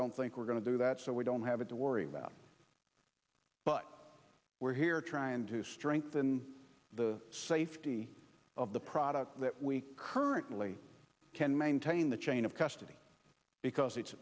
don't think we're going to do that so we don't have it to worry about but we're here trying to strengthen the safety of the product that we currently can maintain the chain of custody because it's